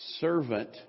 servant